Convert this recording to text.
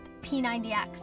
P90X